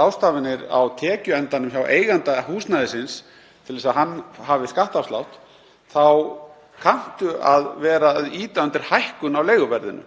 ráðstafanir á tekjuendanum hjá eiganda húsnæðisins til að hann hafi skattafslátt, þá kann maður að vera að ýta undir hækkun á leiguverðinu,